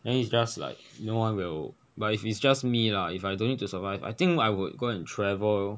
then it's just like you know one will but if it's just me lah if I don't need to survive I think I would go and travel